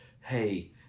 hey